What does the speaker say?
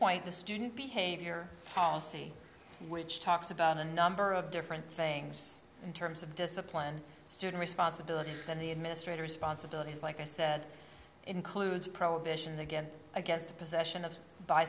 point the student behavior policy which talks about a number of different things in terms of discipline student responsibilities than the administrators sponsibility is like i said includes a prohibition against against the possession of by